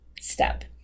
step